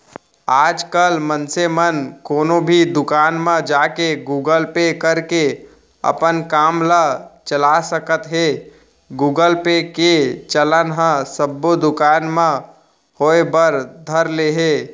आजकल मनसे मन कोनो भी दुकान म जाके गुगल पे करके अपन काम ल चला सकत हें गुगल पे के चलन ह सब्बो दुकान म होय बर धर ले हे